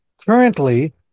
currently